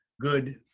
good